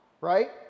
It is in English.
right